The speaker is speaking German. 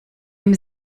dem